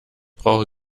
brauche